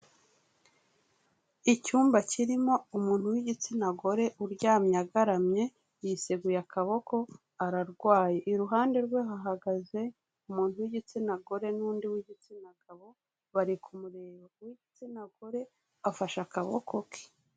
Icyumba kirimo umuntu w'igitsina gore uryamye agaramye yiseguye akaboko, ararwaye, iruhande rwe hahagaze umuntu w'igitsina gore n'undi w'igitsina gabo bari kumureba, uw'igitsina gore afashe akaboko ke.